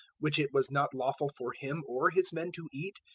which it was not lawful for him or his men to eat,